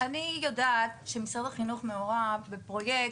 אני יודעת שמשרד החינוך מעורב בפרויקט,